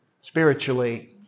spiritually